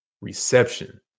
reception